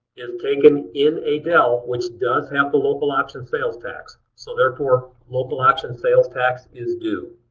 is taken in adel which does have the local option sales tax. so therefore, local option sales tax is due.